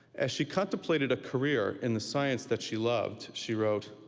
as she contemplated a career in the science that she loved, she wrote,